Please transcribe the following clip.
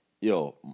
yo